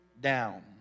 down